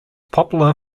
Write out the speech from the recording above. popular